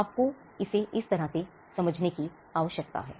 आपको इसे इस तरह से समझने की आवश्यकता है